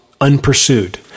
Unpursued